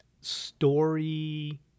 story